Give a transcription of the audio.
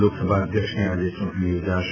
લોકસભા અધ્યક્ષની આજે ચૂંટણી યોજાશે